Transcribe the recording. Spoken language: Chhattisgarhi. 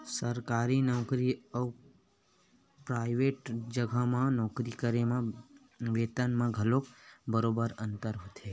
सरकारी नउकरी अउ पराइवेट जघा म नौकरी करे म बेतन म घलो बरोबर अंतर होथे